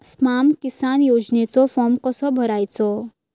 स्माम किसान योजनेचो फॉर्म कसो भरायचो?